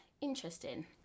interesting